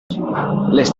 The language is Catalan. les